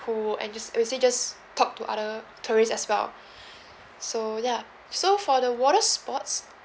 pool and just basically just talk to other tourists as well so ya so for the water sports